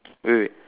wait wait